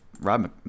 Rob